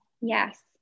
Yes